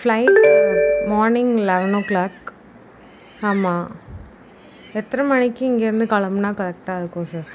flight morning eleven o'clock ஆமாம் எத்தனை மணிக்கு இங்கருந்து கிளம்ப்னா கரெக்ட்டாக இருக்கும் சார்